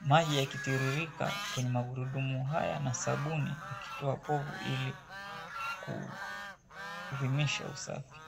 Maji yakitiririka kwenye magurudumu haya na sabuni yakitoa povu ili kuadhimisha usafi.